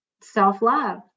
self-love